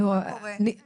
מבקשת לדעת מה קורה --- לא,